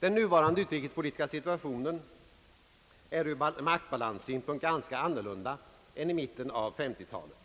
Den nuvarande. utrikespolitiska situationen är ur maktbalanssynpunkt mycket annorlunda än i mitten av 1950-. talet.